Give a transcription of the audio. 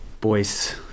boys